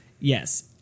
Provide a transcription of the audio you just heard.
Yes